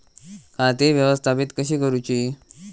खाती व्यवस्थापित कशी करूची?